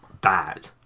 bad